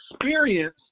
experience